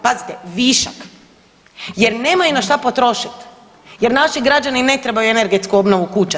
Pazite, višak, jer nemaju na što potrošiti, jer naši građani ne trebaju energetsku obnovu kuća.